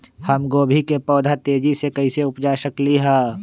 हम गोभी के पौधा तेजी से कैसे उपजा सकली ह?